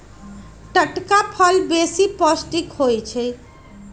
टटका फल बेशी पौष्टिक होइ छइ